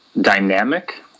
dynamic